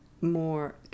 more